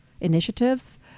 initiatives